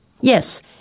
Yes